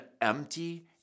empty